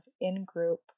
in-group